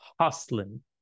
hustling